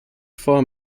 vor